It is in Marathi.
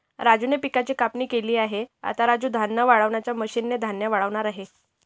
राजूने पिकाची कापणी केली आहे, आता राजू धान्य वाळवणाच्या मशीन ने धान्य वाळवणार आहे